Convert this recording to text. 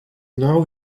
now